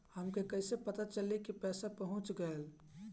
हमके कईसे पता चली कि पैसा पहुच गेल?